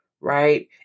right